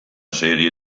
serie